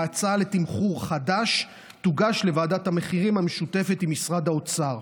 ההצעה לתמחור חדש תוגש לוועדת המחירים המשותפת עם משרד האוצר.